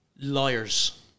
Liars